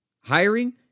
Hiring